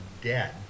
dead